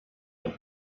have